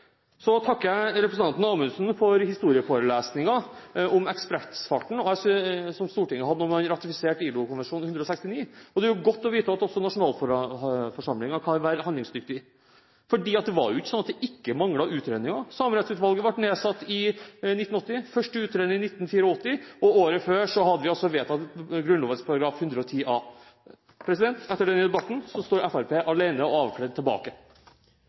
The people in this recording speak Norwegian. Så takker jeg representanten Amundsen for historieforelesningen om ekspressfarten som Stortinget hadde da man ratifiserte ILO-konvensjon nr. 169. Det er godt å vite at også nasjonalforsamlingen kan være handlingsdyktig. Det var ikke sånn at det manglet utredninger. Samerettsutvalget ble nedsatt i 1980, første utredning i 1984. Og i 1988 vedtok vi altså Grunnloven § 110a. Etter denne debatten står Fremskrittspartiet alene og avkledd tilbake.